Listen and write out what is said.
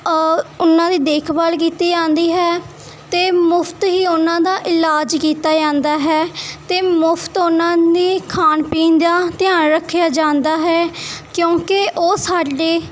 ਉਹਨਾਂ ਦੀ ਦੇਖਭਾਲ ਕੀਤੀ ਜਾਂਦੀ ਹੈ ਅਤੇ ਮੁਫਤ ਹੀ ਉਹਨਾਂ ਦਾ ਇਲਾਜ ਕੀਤਾ ਜਾਂਦਾ ਹੈ ਅਤੇ ਮੁਫਤ ਉਹਨਾਂ ਦੀ ਖਾਣ ਪੀਣ ਦਾ ਧਿਆਨ ਰੱਖਿਆ ਜਾਂਦਾ ਹੈ ਕਿਉਂਕਿ ਉਹ ਸਾਡੇ